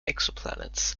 exoplanets